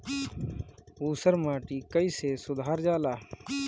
ऊसर माटी कईसे सुधार जाला?